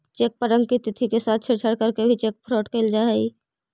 cheque पर अंकित तिथि के साथ छेड़छाड़ करके भी चेक फ्रॉड कैल जा हइ